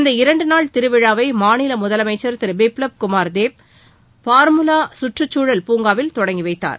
இந்த இரண்டு நாள் திருவிழாவை மாநில முதலமைச்சர் திரு பிப்லப் குமார் தேவ் பார்முரா கற்றுக்குழல் பூங்காவில் தொடங்கி வைத்தார்